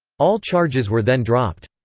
all charges were then dropped.